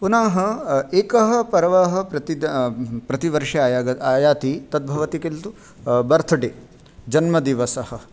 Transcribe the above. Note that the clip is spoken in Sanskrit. पुनः एकः पर्व प्रतिद् प्रतिवर्षे आयाद् आयाति तद् भवति किन्तु बर्थ्डे जन्मदिवसः